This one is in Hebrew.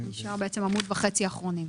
עמוד וחצי אחרונים.